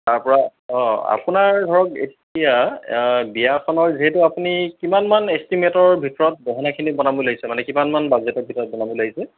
তাৰপৰা অঁ আপোনাৰ ধৰক এতিয়া বিয়াখনৰ যিহেতু আপুনি কিমানমান এষ্টিমেটৰ ভিতৰত গহনাখিনি বনাব লাগিছে মানে কিমান বাজেটৰ ভিতৰত বনাব লাগিছে